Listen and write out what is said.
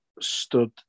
stood